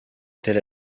tel